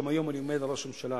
גם היום אני אומר לראש הממשלה: